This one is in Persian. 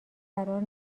قرار